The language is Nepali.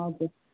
हजुर